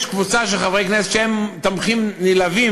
יש קבוצה של חברי כנסת שהם תומכים נלהבים